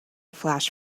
flash